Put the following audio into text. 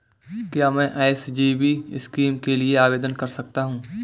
क्या मैं SGB scheme के लिए आवेदन कर सकता हूँ?